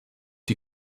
die